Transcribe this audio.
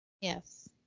Yes